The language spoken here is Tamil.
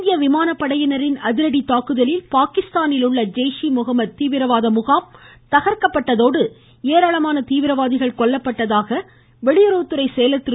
இந்திய விமானப் படையினரின் அதிரடி தாக்குதலில் பாகிஸ்தானிலுள்ள ஜெய்ஷ் ஏ முகமத் தீவிரவாத முகாம் தகர்க்கப்பட்டதோடு ஏராளமான தீவிரவாதிகள் கொல்லப்பட்டதாக வெளியுறவுத்துறை செயலர் திரு